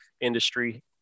industry